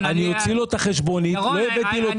אני אוציא לו את החשבונית --- ירון,